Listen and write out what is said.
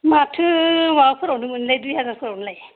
माथो माबाफोरावनो मोनोलाय दुइ हाजारफोरावनोलाय